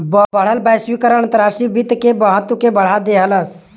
बढ़ल वैश्वीकरण अंतर्राष्ट्रीय वित्त के महत्व के बढ़ा देहलेस